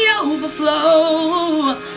overflow